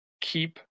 keep